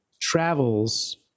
travels